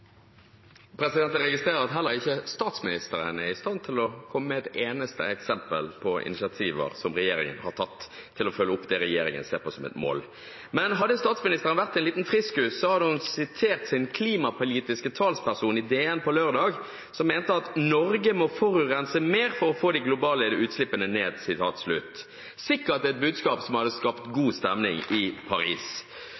i stand til å komme med et eneste eksempel på initiativer som regjeringen har tatt til å følge opp det regjeringen ser på som et mål. Hadde statsministeren vært en liten friskus, hadde hun sitert sin klimapolitiske talsperson i DN på lørdag, som mente at Norge må «forurense mer for å få de globale utslippene ned». Det er sikkert et budskap som hadde skapt god stemning i Paris.